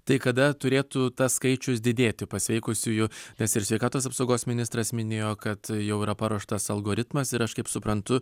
tai kada turėtų tas skaičius didėti pasveikusiųjų nes ir sveikatos apsaugos ministras minėjo kad jau yra paruoštas algoritmas ir aš kaip suprantu